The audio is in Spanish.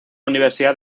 universidad